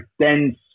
dense